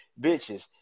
bitches